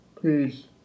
Please